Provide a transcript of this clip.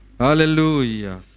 Hallelujah